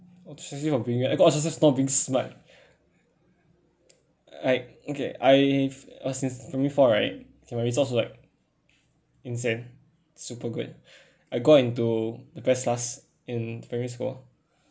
ostracise for being I got ostracise for being smart I okay I f~ was in primary four right and my results were like insane super good I got into the best class in primary school